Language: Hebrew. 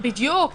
בדיוק.